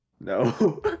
No